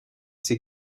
ses